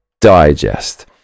Digest